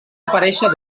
aparèixer